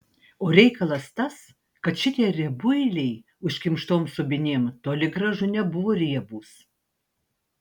o reikalas tas kad šitie riebuiliai užkimštom subinėm toli gražu nebuvo riebūs